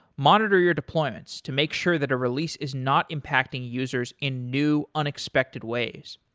monitor your deployments to make sure that a release is not impacting users in new unexpected ways,